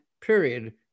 period